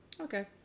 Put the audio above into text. Okay